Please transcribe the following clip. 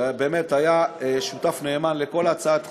שבאמת היה שותף נאמן בכל הצעת החוק,